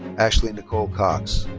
ashley nicole cox.